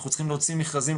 אנחנו צריכים להוציא מכרזים,